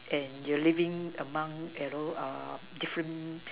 and you're living among fellow um different